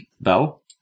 Bell